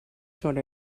sort